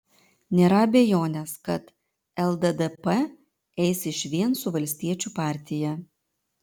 nėra abejonės kad lddp eis išvien su valstiečių partija